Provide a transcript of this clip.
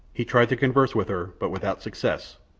he tried to converse with her, but without success,